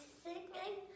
singing